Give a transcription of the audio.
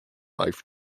life